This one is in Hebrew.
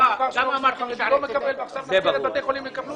אדם עבור הפרויקטים בתוכניות שמפורטות לפניכם.